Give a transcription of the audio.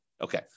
Okay